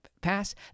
pass